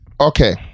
okay